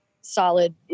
solid